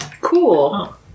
Cool